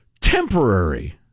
temporary